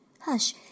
hush